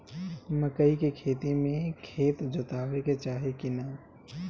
मकई के खेती मे खेत जोतावे के चाही किना?